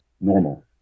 normal